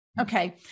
Okay